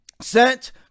Sent